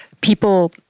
people